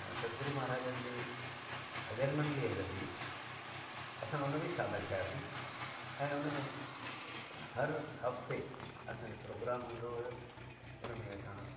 सतगुरू महाराजनि जी भॼन मंडली हलंदी हुई असां हुन में शामिलु थियासीं ऐं उन में हर हफ़्ते असांजो प्रोग्राम हूंदो हुओ हुन में असां